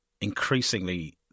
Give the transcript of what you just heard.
increasingly